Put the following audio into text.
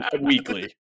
Weekly